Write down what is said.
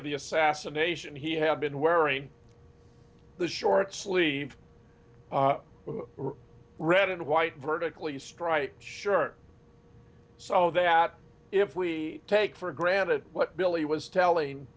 of the assassination he had been wearing the short sleeved red and white vertically striped shirt so that if we take for granted what billy was telling